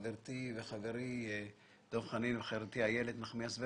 חברי דב חנין וחברתי איילת נחמיאס ורבין,